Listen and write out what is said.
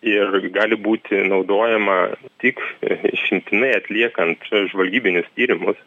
ir gali būti naudojama tik išimtinai atliekant žvalgybinius tyrimus